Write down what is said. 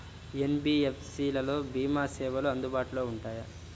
NBFC లలో భీమా సేవలు అందుబాటులో ఉంటాయా?